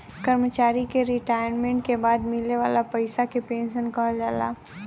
कर्मचारी के रिटायरमेंट के बाद मिले वाला पइसा के पेंशन कहल जाला